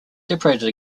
separated